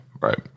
Right